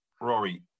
Rory